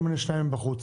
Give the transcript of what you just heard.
שימנו שניים מבחוץ.